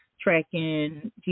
tracking